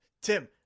tim